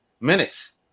minutes